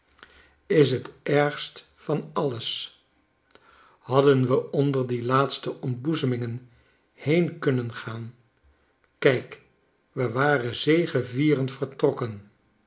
is t ergst van alles hadden we onder die laatste ontboezemingen heen kunnen gaan kijk we waren zegevierend vertrokken